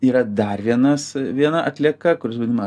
yra dar vienas viena atlieka kuri vadinama